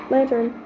Lantern